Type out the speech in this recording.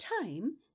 time